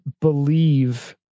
believe